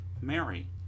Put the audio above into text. mary